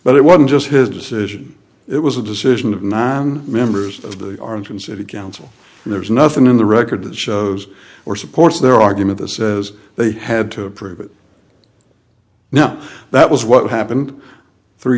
but it wasn't just his decision it was a decision of nine members of the are considered council and there's nothing in the record that shows or supports their argument that says they had to approve it now that was what happened three